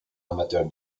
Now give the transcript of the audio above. amateur